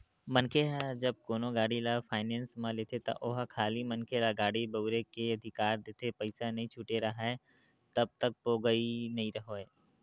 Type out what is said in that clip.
मनखे ह जब कोनो गाड़ी ल फायनेंस म लेथे त ओहा खाली मनखे ल गाड़ी बउरे के अधिकार देथे पइसा नइ छूटे राहय तब तक पोगरी नइ होय